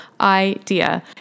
idea